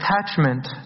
attachment